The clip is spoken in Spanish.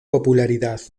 popularidad